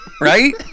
Right